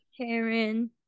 Karen